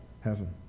heaven